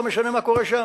לא משנה מה קורה שם.